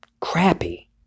crappy